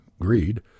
greed